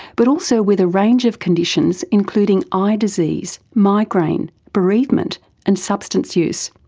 but also with a range of conditions including eye disease, migraine, bereavement, and substance use.